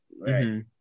Right